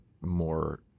more